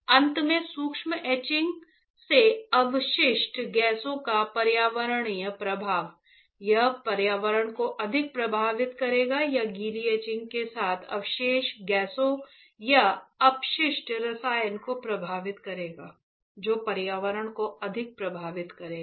अंत में शुष्क एचिंग से अवशिष्ट गैसों का पर्यावरणीय प्रभाव यह पर्यावरण को अधिक प्रभावित करेगा या गीली एचिंग के बाद अवशेष गैसों या अपशिष्ट रसायन को प्रभावित करेगा जो पर्यावरण को अधिक प्रभावित करेगा